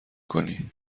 کنی